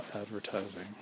advertising